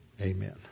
amen